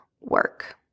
work